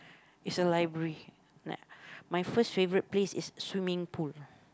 is the library like my first favourite place is the swimming pool